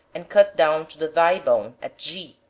and cut down to the thigh bone at g,